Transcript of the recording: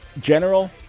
general